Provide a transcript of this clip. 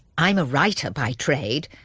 i'm a writer by trade.